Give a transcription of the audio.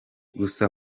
gusa